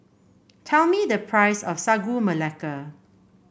tell me the price of Sagu Melaka